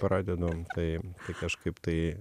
pradedam tai kažkaip tai